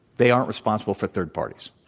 they aren't responsible for third parties.